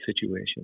situation